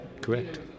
Correct